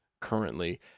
currently